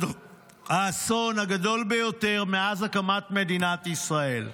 האסון הגדול ביותר מאז הקמת מדינת ישראל,